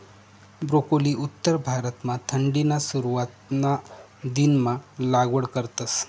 broccoli उत्तर भारतमा थंडीना सुरवातना दिनमा लागवड करतस